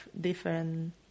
different